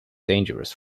dangerous